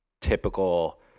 typical